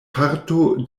parto